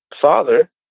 father